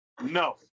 No